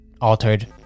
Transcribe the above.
Altered